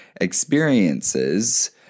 experiences